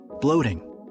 bloating